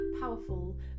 powerful